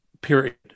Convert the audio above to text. period